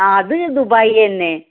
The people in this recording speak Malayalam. അത് ദുബായെന്നെ